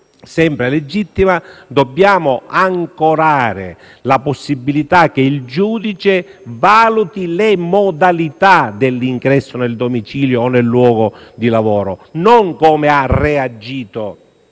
sempre legittima, dobbiamo ancorare la possibilità che il giudice valuti le modalità dell'ingresso nel domicilio o nel luogo di lavoro, non come ha reagito